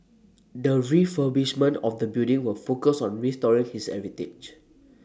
the refurbishment of the building will focus on restoring his heritage